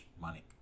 money